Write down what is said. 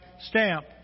stamp